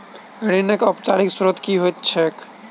ऋणक औपचारिक स्त्रोत की होइत छैक?